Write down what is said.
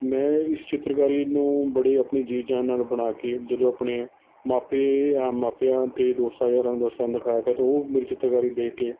ਮੈਂ ਇਸ ਚਿੱਤਰਕਾਰੀ ਨੂੰ ਬੜੇ ਆਪਣੇ ਜੀਅ ਜਾਨ ਨਾਲ਼ ਬਣਾ ਕੇ ਜਦੋਂ ਆਪਣੇ ਮਾਪੇ ਮਾਪਿਆਂ ਅਤੇ ਦੋਸਤਾਂ ਯਾਰਾਂ ਦੋਸਤਾਂ ਨੂੰ ਦਿਖਾਇਆ ਗਿਆ ਅਤੇ ਉਹ ਮੇਰੀ ਚਿੱਤਰਕਾਰੀ ਦੇਖ ਕੇ